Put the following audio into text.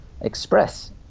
express